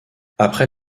après